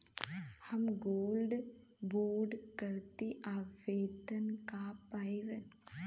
हम gold bond करती आवेदन कर पाईब?